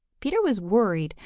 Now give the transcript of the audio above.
peter was worried,